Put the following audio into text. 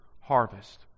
harvest